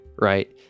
right